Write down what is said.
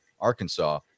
arkansas